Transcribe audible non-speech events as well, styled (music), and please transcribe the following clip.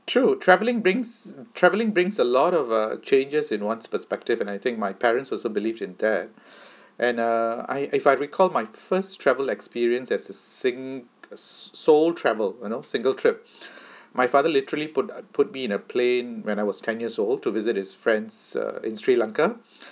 true travelling brings travelling brings a lot of uh changes in one's perspective and I think my parents also believes in that (breath) and uh I if I recall my first travel experience as a sing~ s~ sole travel you know single trip (breath) my father literally put uh put me in a plane when I was ten years old to visit his friends uh in sri lanka